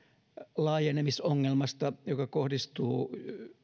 laajenemisongelmasta joka kohdistuu